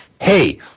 hey